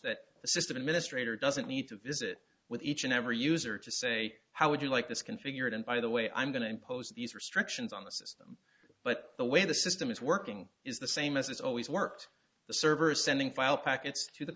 that the system administrator doesn't need to visit with each and every user to say how would you like this configured and by the way i'm going to impose these restrictions on the system but the way the system is working is the same as it's always worked the server is sending file packets to the